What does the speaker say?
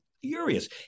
furious